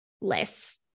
less